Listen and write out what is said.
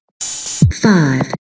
five